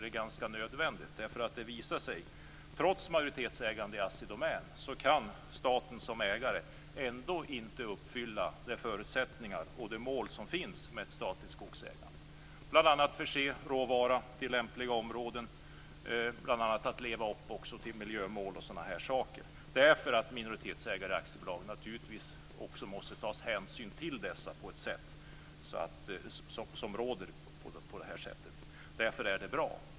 Det visar sig att staten, trots majoritetsägande i Assi Domän, som ägare inte kan uppfylla de förutsättningar och mål som finns med ett statligt skogsägande, dvs. bl.a. att förse lämpliga områden med råvara, leva upp till miljömål osv. Minoritetsägare i aktiebolag måste man naturligtvis också ta hänsyn till. Därför är det bra.